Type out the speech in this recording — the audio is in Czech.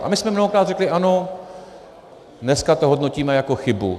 A my jsme mnohokrát řekli ano, dneska to hodnotíme jako chybu.